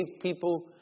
people